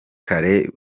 kare